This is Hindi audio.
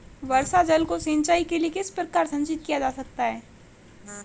वर्षा जल को सिंचाई के लिए किस प्रकार संचित किया जा सकता है?